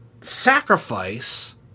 sacrifice